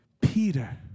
Peter